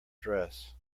dress